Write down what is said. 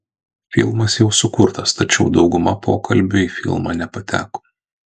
filmas jau sukurtas tačiau dauguma pokalbių į filmą nepateko